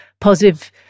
positive